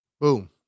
Boom